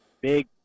big